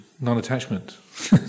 non-attachment